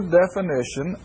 definition